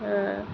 ହଁ